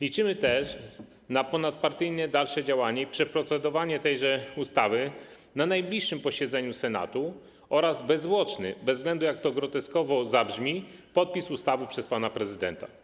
Liczymy też na ponadpartyjne dalsze działanie i przeprocedowanie tejże ustawy na najbliższym posiedzeniu Senatu oraz bezzwłoczne - bez względu na to, jak groteskowo to zabrzmi - podpisanie ustawy przez pana prezydenta.